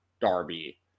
Darby